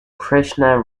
krishna